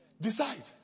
Decide